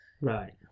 Right